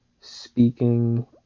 speaking